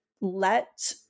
let